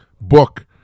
book